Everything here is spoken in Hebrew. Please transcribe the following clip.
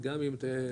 גם אם תחומש.